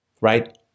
Right